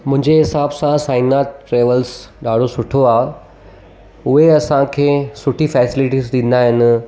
मुंहिंजे हिसाब सां साईनाथ ट्रैवल्स ॾाढो सुठो आहे उहे असांखे सुठी फैसिलीटीस ॾींदा आहिनि